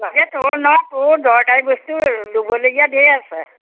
তাকেটো নহয় তোৰ দৰকাৰী বস্তু ল'বলগীয়া ঢেৰ আছে